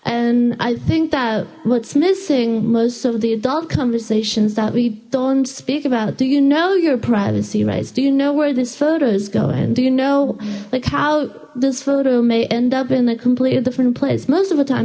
and i think that what's missing most of the adult conversations that we don't speak about do you know your privacy rights do you know where this photo is going do you know like how this photo may end up in a completely different place most of the time